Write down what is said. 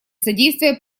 содействия